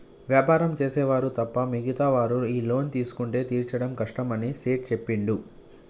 వ్యాపారం చేసే వారు తప్ప మిగతా వారు ఈ లోన్ తీసుకుంటే తీర్చడం కష్టమని సేట్ చెప్పిండు